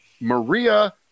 Maria